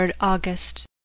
August